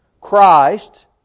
Christ